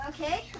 Okay